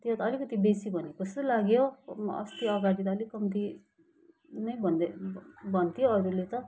त्यो अलिकति बेसी भनेको जस्तो लाग्यो अस्ति अगाडि त अलिक कम्ती नै भन्दै भन्थ्यो अरूले त